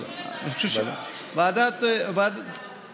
כהצעת הוועדה, נתקבל.